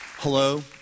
Hello